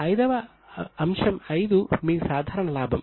ఇది మీ ప్రారంభ లాభం